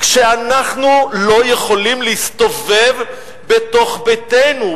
כשאנחנו לא יכולים להסתובב בתוך ביתנו,